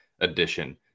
edition